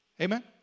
Amen